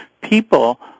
people